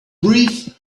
wreath